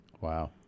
wow